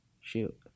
Shoot